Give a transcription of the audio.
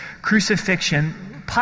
crucifixion